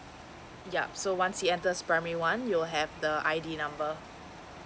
yeah so once he enter primary one he will have the I D number